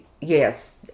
Yes